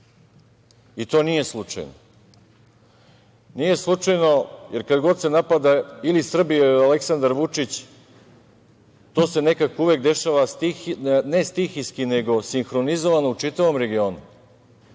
To nije slučajno. Nije slučajno, jer kad god se napada ili Srbija ili Aleksandar Vučić, to se nekako uvek dešava ne stihijski, nego sinhronizovano u čitavom regionu.